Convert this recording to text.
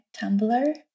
Tumblr